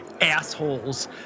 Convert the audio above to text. assholes